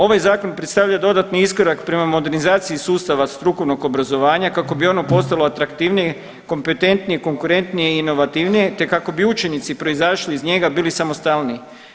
Ovaj zakon predstavlja dodatni iskorak prema modernizaciji sustava strukovnog obrazovanja kako bi ono postalo atraktivnije, kompetentnije, konkurentnije i inovativnije, te kako bi učenici proizašli iz njega bili samostalniji.